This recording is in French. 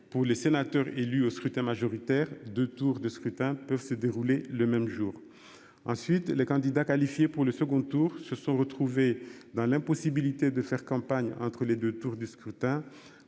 pour les sénateurs élus au scrutin majoritaire, 2 tours de scrutin peuvent se dérouler le même jour. Ensuite les candidats qualifiés pour le second tour se sont retrouvés dans l'impossibilité de faire campagne entre les 2 tours du scrutin,